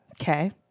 Okay